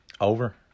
Over